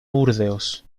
burdeos